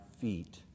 feet